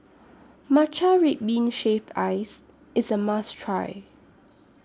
Matcha Red Bean Shaved Ice IS A must Try